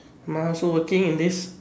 ma also working in this